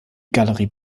galerie